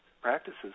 Practices